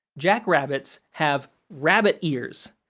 jack rabbits have rabbit ears.